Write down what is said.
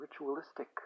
ritualistic